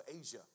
Asia